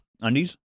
Undies